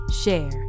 share